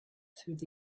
through